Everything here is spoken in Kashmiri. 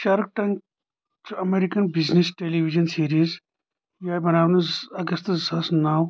شارک ٹینک چھُ American business television series یہِ آیہِ بناونہٕ اگستہٕ زٕ ساس نو